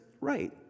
right